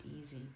easy